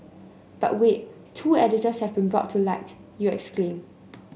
but wait two editors have been brought to light you exclaim